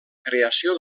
creació